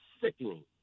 sickening